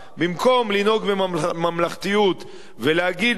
במקום לנהוג בממלכתיות ולהגיד לו: